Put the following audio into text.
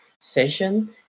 session